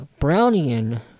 Brownian